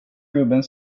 gubben